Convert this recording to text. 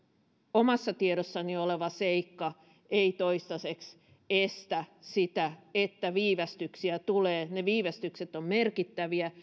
omassa tiedossani oleva seikka ei toistaiseksi estä sitä että viivästyksiä tulee ne viivästykset ovat merkittäviä